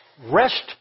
rest